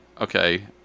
Okay